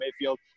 Mayfield